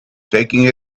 taking